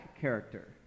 character